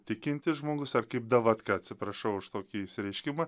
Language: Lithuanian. tikintis žmogus ar kaip davatka atsiprašau už tokį išsireiškimą